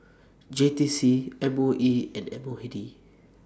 J T C M O E and M O A D